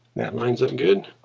that lines up good.